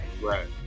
right